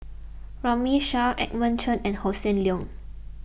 Runme Shaw Edmund Chen and Hossan Leong